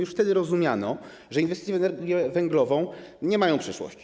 Już wtedy rozumiano, że inwestycje w energię węglową nie mają przyszłości.